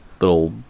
little